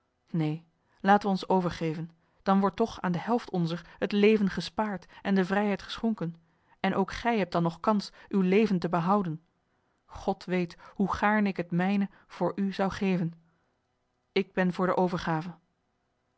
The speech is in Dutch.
neen laten wij ons overgeven dan wordt toch aan de helft onzer het leven gespaard en de vrijheid geschonken en ook gij hebt dan nog kans uw leven te behouden god weet hoe gaarne ik het mijne voor u zou geven ik ben voor de overgave